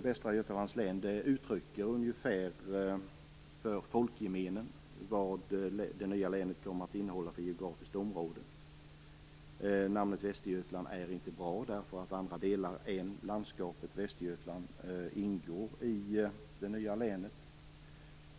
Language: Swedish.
Västra Götalands län uttrycker ungefär för folk i gemen vad det nya länet kommer att innehålla för geografiskt område. Namnet Västergötland är inte bra därför att andra delar än landskapet Västergötland ingår i det nya länet.